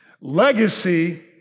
Legacy